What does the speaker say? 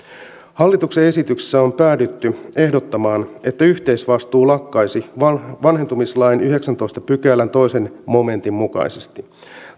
hallituksen esityksessä on päädytty ehdottamaan että yhteisvastuu lakkaisi vanhentumislain yhdeksännentoista pykälän toisen momentin mukaisesti